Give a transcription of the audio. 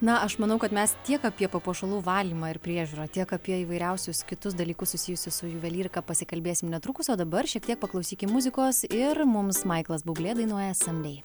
na aš manau kad mes tiek apie papuošalų valymą ir priežiūrą tiek apie įvairiausius kitus dalykus susijusius su juvelyrika pasikalbėsim netrukus o dabar šiek tiek paklausykim muzikos ir mums maiklas bublė dainuoja sandei